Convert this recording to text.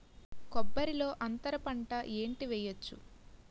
కొబ్బరి లో అంతరపంట ఏంటి వెయ్యొచ్చు?